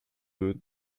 deux